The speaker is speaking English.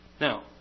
Now